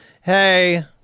hey